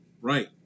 right